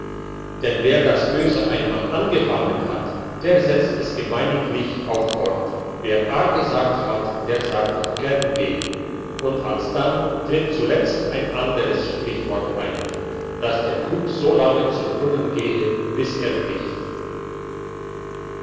denn wer das böse einmal angefangen hat der setzt es gemeiniglich auch fort wer a gesagt hat der sagt auch gern b und alsdann tritt zuletzt ein anderes sprichwort ein dass der krug so lange zum brunnen gehe bis er bricht